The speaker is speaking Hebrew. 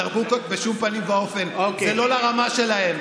דרבוקות, בשום פנים ואופן, זה לא לרמה שלהם.